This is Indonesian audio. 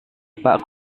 pak